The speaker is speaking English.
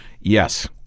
yes